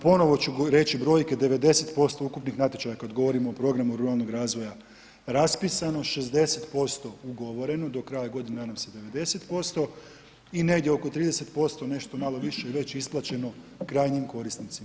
Ponovo ću reći brojke 90% ukupnih natječaja kad govorimo o programu ruralnog razvoja raspisano, 60% ugovoreno, do kraja godine nadam se 90% i negdje oko 30% nešto malo više je već isplaćeno krajnjim korisnicima.